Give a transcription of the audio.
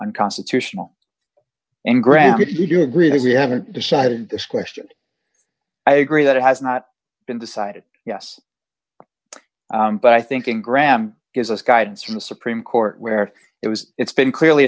unconstitutional and granted you agree that you haven't decided this question i agree that it has not been decided yes but i think in graham is a guidance from the supreme court where it was it's been clearly